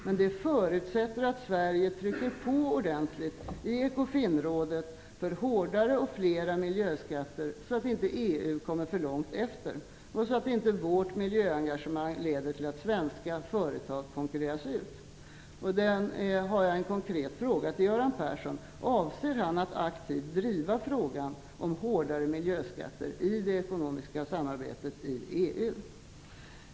Men det förutsätter att Sverige trycker på ordentligt i Ecofinområdet för hårdare och fler miljöskatter, så att EU inte kommer för långt efter och för att vårt miljöengagemang inte skall leda till att svenska företag konkurreras ut. Där har jag en konkret fråga: Avser Göran Persson att aktivt driva frågan om hårdare miljöskatter i det ekonomiska samarbetet i EU?